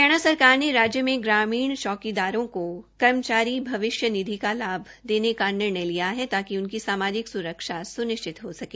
हरियाणा सरकार ने राज्य में ग्रामीण चौकीदारों को कर्मचारी भविष्य निधि का लाभ देने का निर्णय लिया है ताकि उनकी सामाजिक स्रक्षा स्निश्चित हो सके